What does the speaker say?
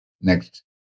Next